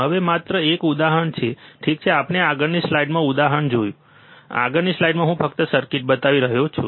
હવે આ માત્ર એક ઉદાહરણ છે ઠીક છે આપણે આગળની સ્લાઇડમાં ઉદાહરણ જોશું આગળની સ્લાઇડમાં હું ફક્ત સર્કિટ બતાવી રહ્યો છું